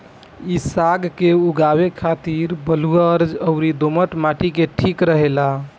इ साग के उगावे के खातिर बलुअर अउरी दोमट माटी ही ठीक रहेला